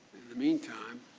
the meantime,